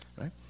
right